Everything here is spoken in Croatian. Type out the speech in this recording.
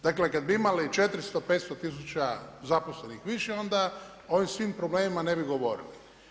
Dakle kada bi imali 400, 500 tisuća zaposlenih više onda o ovim svim problemima ne bi govorili.